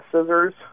scissors